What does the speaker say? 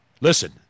Listen